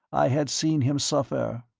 i had seen him suffer.